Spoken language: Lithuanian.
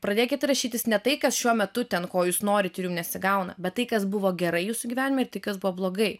pradėkit rašytis ne tai kas šiuo metu ten ko jūs norit ir jum nesigauna bet tai kas buvo gera jūsų gyvenime ir tai kas buvo blogai